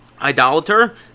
idolater